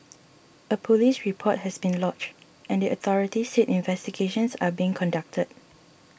a police report has been lodged and the authorities said investigations are being conducted